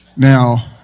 Now